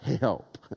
help